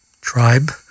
tribe